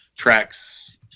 Tracks